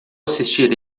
assistir